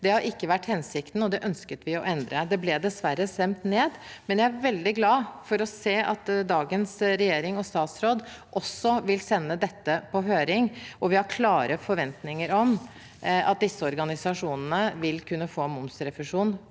Det har ikke vært hensikten, og det ønsket vi å endre. Det ble dessverre stemt ned, men jeg er veldig glad for å se at dagens regjering og statsråd også vil sende dette på høring, og vi har klare forventninger om at disse organisasjonene vil kunne få momsrefusjon